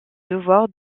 devoir